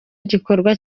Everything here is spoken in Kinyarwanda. gikorwa